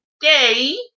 day